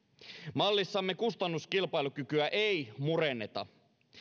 mallissamme kustannuskilpailukykyä ei murenneta